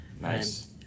Nice